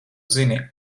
zini